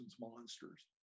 monsters